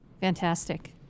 Fantastic